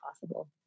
possible